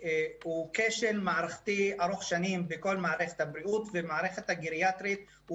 כשל מערכתי ארוך שנים בכל מערכת הבריאות ובמיוחד במערכת הגריאטרית.